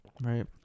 right